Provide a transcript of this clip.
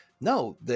no